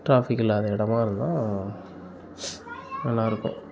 traffic இல்லாத இடமா இருந்தால் நல்லா இருக்கும்